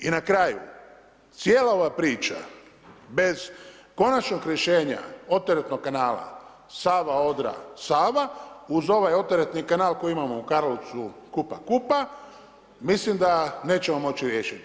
I na kraju, cijela ova priča bez konačnog rješenja odteretnog kanala Sava-Odra-Sava, uz ovaj odteretni kanal koji imamo u Karlovcu, Kupa-Kupa, mislim da nećemo moći riješiti.